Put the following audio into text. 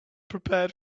prepared